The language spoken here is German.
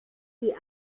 die